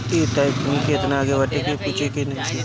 इहां तकनीकी एतना आगे बाटे की पूछे के नइखे